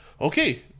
Okay